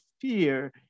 fear